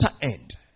end